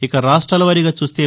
ఇక రాష్ట్రాల వారీగా చూస్తే